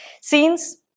scenes